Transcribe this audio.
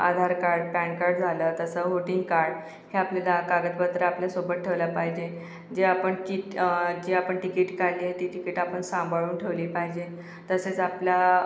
आधार card PAN card झालं तसं voting card हे आपले दा कागदपत्रं आपल्यासोबत ठेवले पाहिजे जे आपण किट जे आपण टिकिट काढले आहे ते टिकिट आपण सांभाळून ठेवले पाहिजे तसेच आपल्या